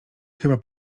chyba